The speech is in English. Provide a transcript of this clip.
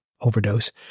overdose